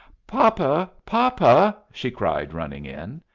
papa! papa! she cried, running in.